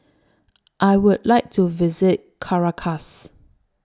I Would like to visit Caracas